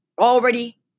Already